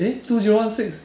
eh two zero one six